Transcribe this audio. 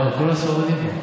כל הספרדים פה.